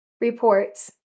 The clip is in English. Reports